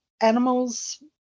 animals